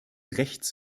rechts